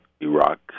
Iraq